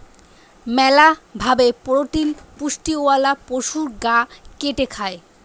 মেলা ভাবে প্রোটিন পুষ্টিওয়ালা পশুর গা কেটে খায়